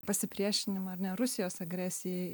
pasipriešinimą ar ne rusijos agresijai